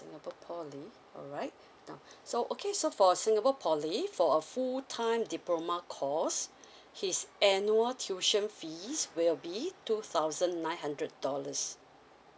singapore poly alright now so okay so for singapore poly for a full time diploma course his annual tuition fees will be two thousand nine hundred dollars